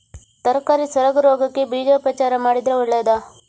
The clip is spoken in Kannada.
ತರಕಾರಿ ಸೊರಗು ರೋಗಕ್ಕೆ ಬೀಜೋಪಚಾರ ಮಾಡಿದ್ರೆ ಒಳ್ಳೆದಾ?